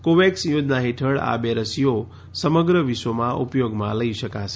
COVAX યોજના હેઠળ આ બે રસીઓ સમગ્ર વિશ્વમાં ઉપયોગમાં લઇ શકાશે